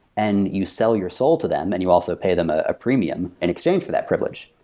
and you sell your soul to them and you also pay them a premium in exchange for that privilege.